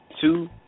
Two